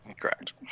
Correct